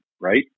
right